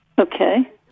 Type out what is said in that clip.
Okay